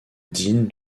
dean